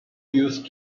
used